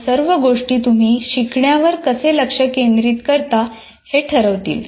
या सर्व गोष्टी तुम्ही शिकण्यावर कसे लक्ष केंद्रित करता हे ठरवतील